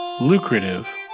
lucrative